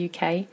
uk